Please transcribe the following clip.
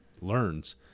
learns